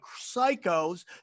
psychos